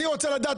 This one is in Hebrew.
אני רוצה לדעת,